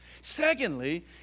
Secondly